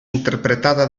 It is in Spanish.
interpretada